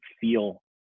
feel